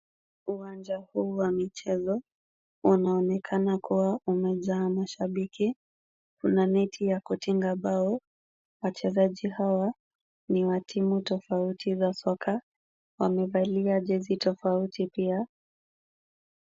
Uwanja huu wa michezo unaonekana kuwa umejaa mashabiki. Kuna neti ya kutinga bao. Wachezaji hawa ni wa timu tofauti za soka. Wamevalia jezi tofauti pia.